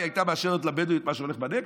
הייתה מאשרת לבדואים את מה שהולך בנגב?